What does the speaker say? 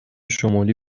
شمالی